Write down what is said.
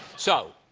so,